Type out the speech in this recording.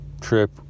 trip